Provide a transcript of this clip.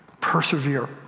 Persevere